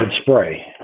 Spray